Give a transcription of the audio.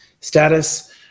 status